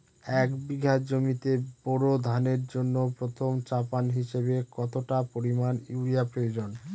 এক বিঘা জমিতে বোরো ধানের জন্য প্রথম চাপান হিসাবে কতটা পরিমাণ ইউরিয়া প্রয়োজন?